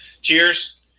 cheers